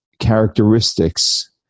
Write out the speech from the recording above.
characteristics